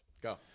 Go